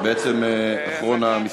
שפוצל ממנו.